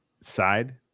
side